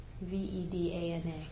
V-E-D-A-N-A